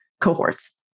cohorts